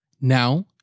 Now